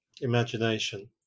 Imagination